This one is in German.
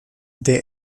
der